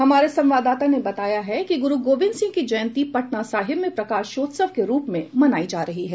हमारे संवाददाता ने बताया है कि गुरु गोबिंद सिंह की जयंती पटना साहिब में प्रकाशोत्सव के रूप में मनाई जा रही है